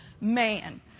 man